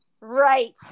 Right